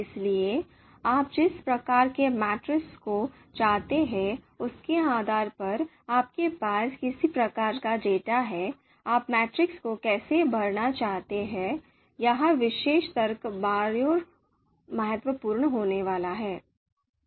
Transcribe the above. इसलिए आप जिस प्रकार के मैट्रिक्स को चाहते हैं उसके आधार पर आपके पास किस प्रकार का डेटा है आप मैट्रिक्स को कैसे भरना चाहते हैं यह विशेष तर्क बायरो महत्वपूर्ण होने वाला है